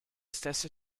stesse